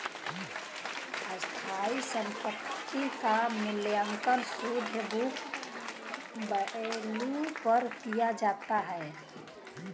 स्थायी संपत्ति क मूल्यांकन शुद्ध बुक वैल्यू पर किया जाता है